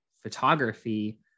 photography